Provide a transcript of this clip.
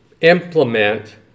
implement